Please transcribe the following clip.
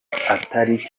atari